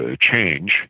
change